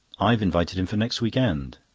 i've invited him for next week-end.